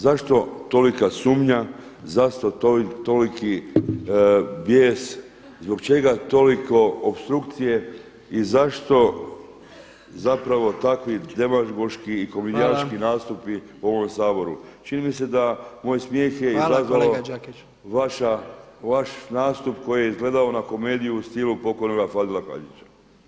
Zašto tolika sumnja, zašto toliki bijes, zbog čega toliko opstrukcije i zašto zapravo takvi demagoški i kombinjaški nastupi u ovom Saboru [[Upadica Jandroković: Hvala.]] Čini mi se da moj smijeh je izazvao [[Upadica Jandroković: Hvala kolega Đakić.]] vaš nastup koji je izgledao na komediju u stilu pokojnoga Fadila Hađića.